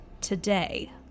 Today